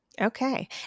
Okay